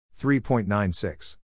3.96